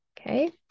okay